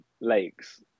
lakes